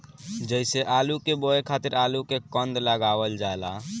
जइसे आलू के बोए खातिर आलू के कंद लगावल जाला